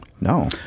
no